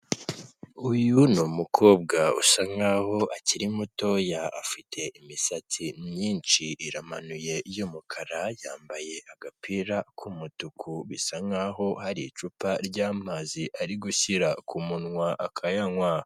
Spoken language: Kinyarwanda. Uyu ni umukobwa usa nk'aho akiri mutoya, afite imisatsi myinshi, iramanuye, y'umukara, yambaye agapira k'umutuku, bisa nk'aho hari icupa ry'amazi ari gushyira ku munwa, akayanywa.